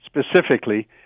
specifically